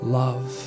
love